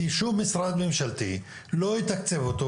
זאת משום ששום משרד ממשלתי לא יתקצב אותו,